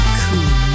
cool